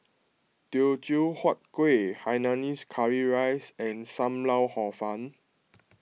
Teochew Huat Kuih Hainanese Curry Rice and Sam Lau Hor Fun